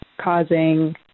Causing